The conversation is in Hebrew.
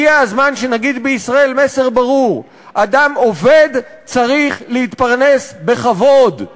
הגיע הזמן שנגיד בישראל מסר ברור: אדם עובד צריך להתפרנס בכבוד.